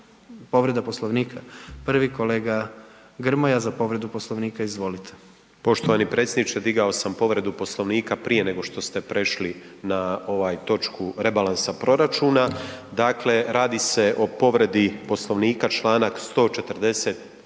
povreda Poslovnika. Prvi kolega Grmoja za povredu Poslovnika, izvolite. **Grmoja, Nikola (MOST)** Poštovani predsjedniče, digao sam povredu Poslovnika prije nego što ste prešli na ovaj, točku rebalansa proračuna, dakle, radi se o povredi Poslovnika čl. 143.